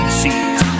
seas